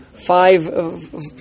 Five